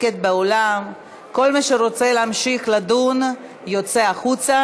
ומשפט להכנה לקריאה ראשונה.